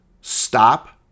stop